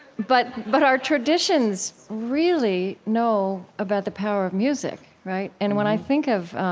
but but our traditions really know about the power of music, right? and when i think of